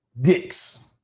Dicks